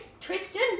Tristan